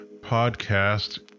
podcast